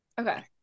Okay